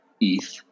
ETH